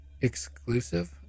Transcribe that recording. exclusive